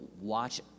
watch